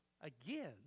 again